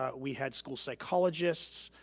ah we had school psychologists.